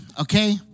Okay